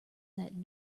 that